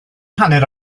hanner